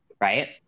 right